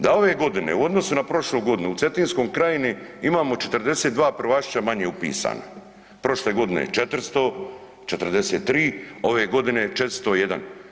Da ove godine u odnosu na prošlu godinu u Cetinskoj krajini imamo 42 prvašića manje upisana, prošle godine 400, 43, ove godine 401.